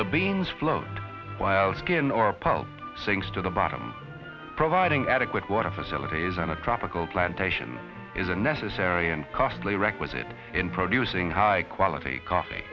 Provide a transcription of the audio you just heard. the beans float while skin or pulp sinks to the bottom providing adequate water facilities on a tropical plantation is a necessary and costly requisite in producing high quality coffee